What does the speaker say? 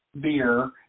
beer